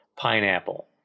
pineapple